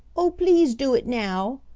oh, please do it now,